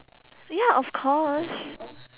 ya of course